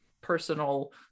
personal